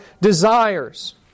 desires